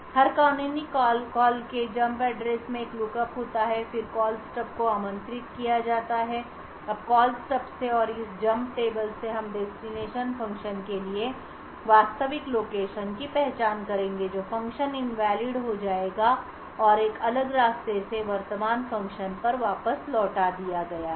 हर कानूनी कॉल के लिए जंप एड्रेस में एक लुकअप होता है और फिर कॉल स्टब को आमंत्रित किया जाता है अब कॉल स्टब से और इस जंप टेबल से हम डेस्टिनेशन फंक्शन के लिए वास्तविक लोकेशन की पहचान करेंगे जो फंक्शन इनवैलिड हो जाएगा और एक अलग रास्ते से वर्तमान फ़ंक्शन पर वापस लौटा दिया गया है